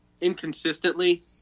inconsistently